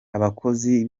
abakozi